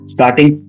Starting